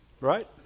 Right